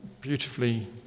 beautifully